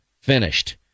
finished